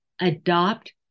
Adopt